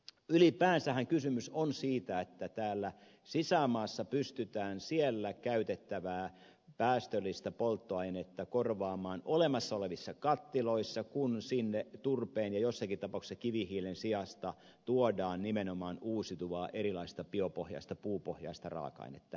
ylipäänsähän kysymys on siitä että sisämaassa pystytään siellä käytettävää päästöllistä polttoainetta korvaamaan olemassa olevissa kattiloissa kun sinne turpeen ja joissakin tapauksissa kivihiilen sijasta tuodaan nimenomaan uusiutuvaa erilaista biopohjaista puupohjaista raaka ainetta